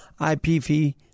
IPV